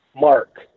Mark